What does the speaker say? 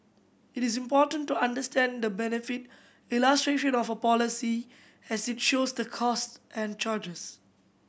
it is important to understand the benefit illustration of a policy as it shows the costs and charges